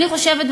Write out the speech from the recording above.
אני חושבת,